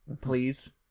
please